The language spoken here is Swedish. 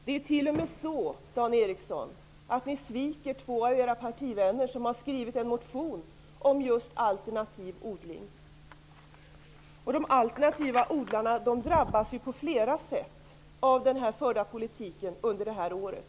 Det är t.o.m. så, Dan Ericsson, att ni sviker två av era partivänner som har skrivit en motion om just alternativ odling. De alternativa odlarna drabbas på flera sätt av den förda politiken under det här året.